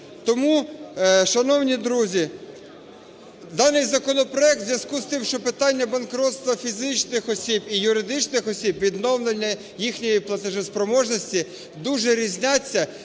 Тому, шановні друзі, даний законопроект у зв'язку з тим, що питання банкрутства фізичних осіб і юридичних осіб, відновлення їхньої платежеспроможності дуже різняться,